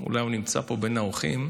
אולי הוא נמצא פה בין האורחים.